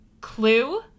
Clue